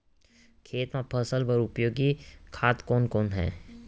खेत म फसल बर उपयोगी खाद कोन कोन हरय?